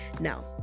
Now